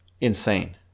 insane